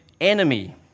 enemy